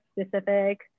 specific